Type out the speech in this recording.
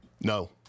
No